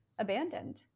abandoned